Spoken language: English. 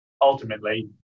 ultimately